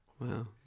Wow